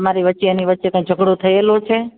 મારી વચ્ચેને એની વચ્ચે કઈ ઝઘડો થયેલો છે